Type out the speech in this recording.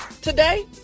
today